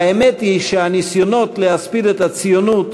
האמת היא שהניסיונות להספיד את הציונות